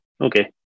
Okay